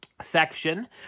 section